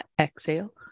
Exhale